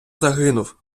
загинув